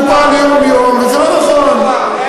מטופלים, זה לא נכון.